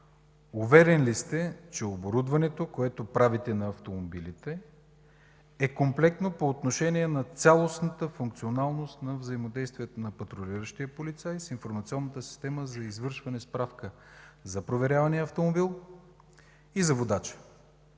Уверен ли сте, че оборудването, което правите на автомобилите, е комплектно по отношение на цялостната функционалност, на взаимодействието на патрулиращия полицай с информационната система за извършване справка за проверявания автомобил и за водача,